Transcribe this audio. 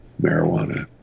marijuana